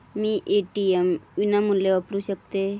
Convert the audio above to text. मी ATM विनामूल्य वापरू शकतय?